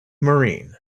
maureen